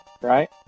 Right